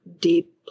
deep